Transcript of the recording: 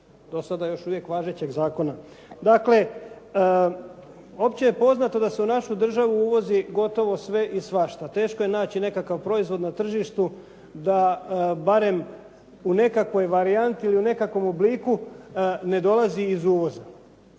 do sada još uvijek važećeg zakona. Dakle, opće je poznato da se u našu državu uvozi gotovo sve i svašta. Teško je naći nekakav proizvod na tržištu da barem u nekakvoj varijanti ili u nekakvom obliku ne dolazi iz uvoza.